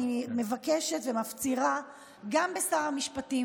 אני מבקשת ומפצירה גם בשר המשפטים,